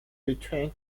between